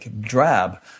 drab